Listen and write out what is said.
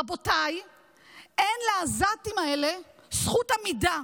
רבותיי, אין לעזתים האלה זכות עמידה.